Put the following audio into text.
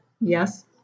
Yes